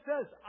says